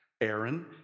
Aaron